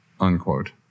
unquote